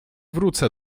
wrócę